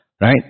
right